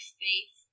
faith